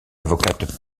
avocate